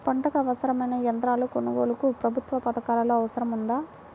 పంటకు అవసరమైన యంత్రాల కొనగోలుకు ప్రభుత్వ పథకాలలో అవకాశం ఉందా?